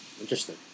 Interesting